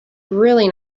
really